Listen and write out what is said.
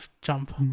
jump